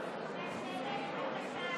אני בדיוק שיבחתי את מדיניות החוץ שאתה מוביל,